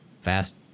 fast